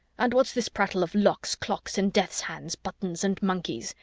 and what's this prattle of locks, clocks, and death's heads, buttons and monkeys?